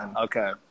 Okay